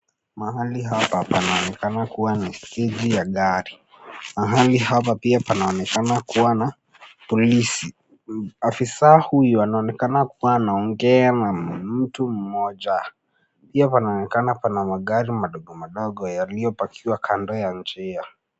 Mahali hapa panaonekana kuwa ni steji ya gari. Mahali hapa pia panaonyeshana kuwa na polisi. Afisa huyu anaonekana kuwa anaongea na mtu mmoja. Pia panaonekana pana magari madogo madogo yaliyopakiwa kando ya njia.